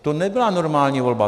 To nebyla normální volba.